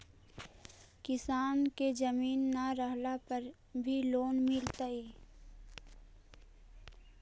किसान के जमीन न रहला पर भी लोन मिलतइ?